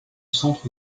centre